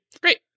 great